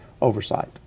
oversight